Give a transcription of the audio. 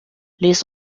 les